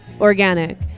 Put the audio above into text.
organic